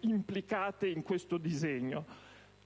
implicate in questo disegno.